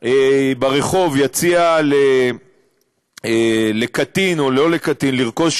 ברחוב יציע לקטין או לא לקטין לרכוש